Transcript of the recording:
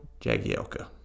Jagielka